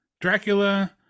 dracula